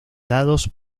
dados